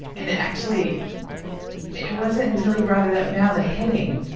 and it actually it wasn't until he brought it up now, the hitting,